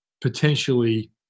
potentially